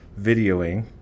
videoing